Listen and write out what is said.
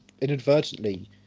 inadvertently